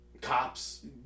cops